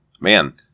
Man